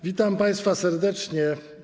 Witam państwa serdecznie.